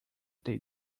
they